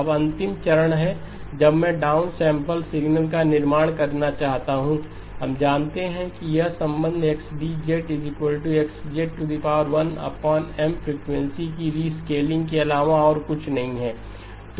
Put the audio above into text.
अब अंतिम चरण है जब मैं डाउन सैंपल सिग्नल का निर्माण करना चाहता हूं हम जानते हैं कि यह संबंध XDXZ1M फ्रीक्वेंसी की रीस्केलिंग के अलावा और कुछ नहीं है